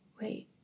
wait